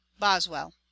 boswell